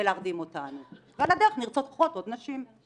להרדים אותנו ועל הדרך נרצחות עוד נשים.